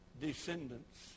Descendants